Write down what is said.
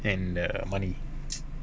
and the money